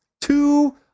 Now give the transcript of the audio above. two